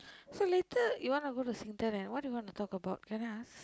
so later you wanna go to Singtel and what do you going to talk about can I ask